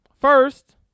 First